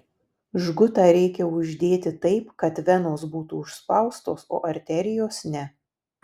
žgutą reikia uždėti taip kad venos būtų užspaustos o arterijos ne